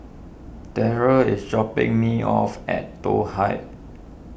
Darryl is dropping me off at Toh Heights